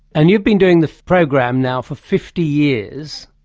and you've been doing the program now for fifty years.